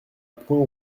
point